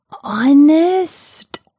honest